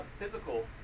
physical